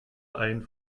ein